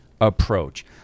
approach